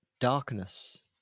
Darkness